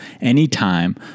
anytime